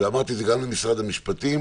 ואמרתי גם למשרד המשפטים,